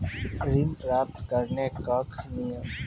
ऋण प्राप्त करने कख नियम?